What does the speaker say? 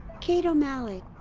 kate o'malley.